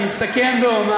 אני אסכם ואומר